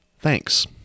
Thanks